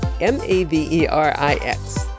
M-A-V-E-R-I-X